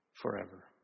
forever